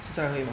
现在会吗